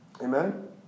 Amen